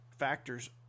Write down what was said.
factors